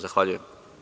Zahvaljujem.